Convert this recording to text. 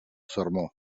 sermó